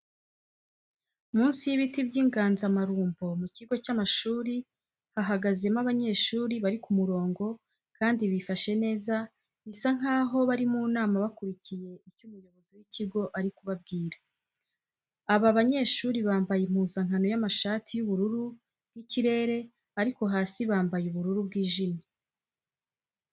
Munsi y'ibiti by'inganzamarumbo mu kigo cy'amashuri hahagazemo abanyeshuri bari ku murongo kandi bifashe neza bisa nkaho bari mu nama bakurikiye icyo umuyobozi w'ikigo ari kubabwira. Aba banyeshuri bambaye impuzankano y'amashati y'ubururu bw'ikirere ariko hasi bambaye ubururu bwijimye.